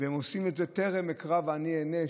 והם עושים את זה "טרם יקראו ואני אענה",